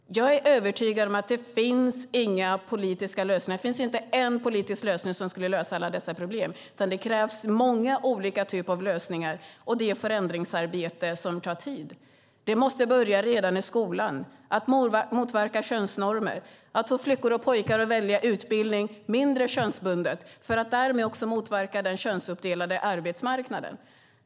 Jag är övertygad om att det inte finns en politisk lösning som kan lösa alla dessa problem, utan det krävs många olika typer av lösningar, och det är ett förändringsarbete som tar tid. Det måste börja redan i skolan genom att man motverkar könsnormer och får flickor och pojkar att välja utbildning mindre könsbundet för att därmed också motverka den könsuppdelade arbetsmarknaden.